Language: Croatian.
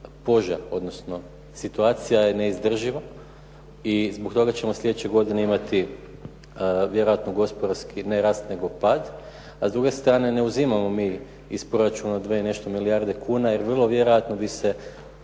"požar" odnosno situacija je neizdrživa i zbog toga ćemo sljedeće godine imati vjerojatno gospodarski ne rast, nego pad, a s druge strane ne uzimamo mi iz proračuna 2 i nešto milijarde kuna, jer vrlo vjerojatno bi se,